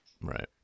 Right